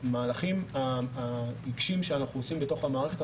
במהלכים העיקשים שאנחנו עושים בתוך המערכת.